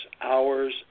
hours